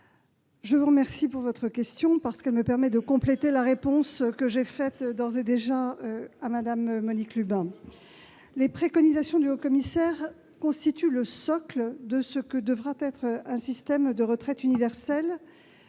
je vous remercie pour votre question, qui me permet de compléter ma réponse à Mme Monique Lubin. Les préconisations du haut-commissaire constituent le socle de ce que devra être un système de retraite universel,